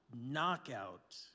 knockout